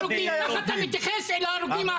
אתה מתייחס אל ההרוגים?